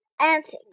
Antic